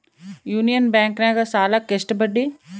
Union ಬ್ಯಾಂಕಿನಾಗ ಸಾಲುಕ್ಕ ಎಷ್ಟು ಬಡ್ಡಿ?